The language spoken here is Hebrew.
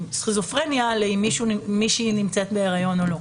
סכיזופרניה לבין אם מישהי בהיריון או לא.